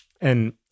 And-